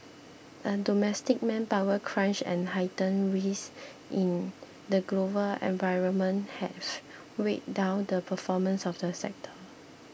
a domestic manpower crunch and heightened risk in the global environment have weighed down the performance of the sector